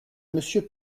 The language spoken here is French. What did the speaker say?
monsieur